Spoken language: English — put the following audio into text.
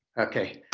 okay.